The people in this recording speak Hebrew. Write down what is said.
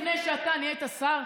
הייתה לפני שאתה נהיית שר?